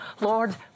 Lord